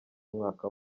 umwaka